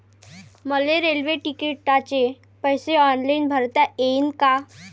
मले रेल्वे तिकिटाचे पैसे ऑनलाईन भरता येईन का?